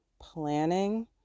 planning